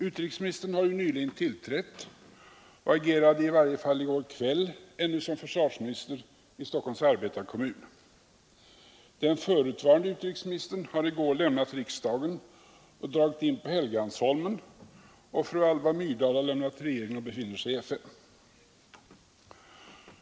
Utrikesministern har ju nyligen tillträtt och agerade i varje fall i går kväll hos Stockholms Arbetarekommun som försvarsminister. Den förutvarande utrikesministern har i går lämnat riksdagen och dragit in på Helgeandsholmen, och fru Alva Myrdal har också lämnat regeringen och befinner sig i FN.